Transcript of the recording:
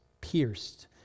pierced